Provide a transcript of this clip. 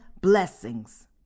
blessings